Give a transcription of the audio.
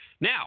Now